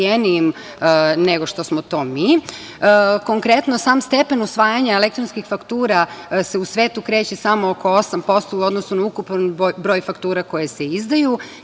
nego što smo to mi. Konkretno, sam stepen usvajanja elektronskih faktura se u svetu kreće samo oko 8% u odnosu na ukupan broj faktura koji se izdaju.